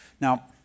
Now